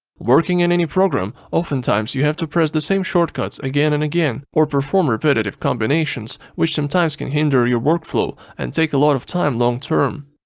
working in any program oftentimes you have to press the same shortcuts again and again or perform repetitive combinations which sometimes can hinder your workflow and take a lot of time long-term.